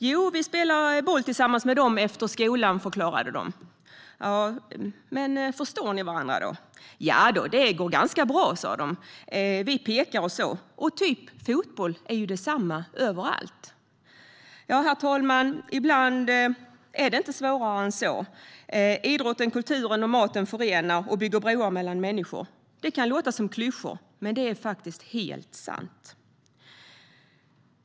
Jo, vi spelar boll tillsammans med dem efter skolan, förklarade de. Men förstår ni varandra? Jadå, det går ganska bra, sa de. Vi pekar och så, och fotboll är typ detsamma överallt. Herr talman! Ibland är det inte svårare än så. Idrotten, kulturen och maten förenar och bygger broar mellan människor. Det kan låta som klyschor, men det är faktiskt helt sant.